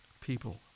people